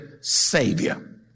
Savior